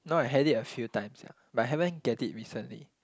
no I had it a few times yeah but I haven't get it recently